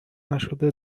نشده